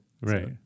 Right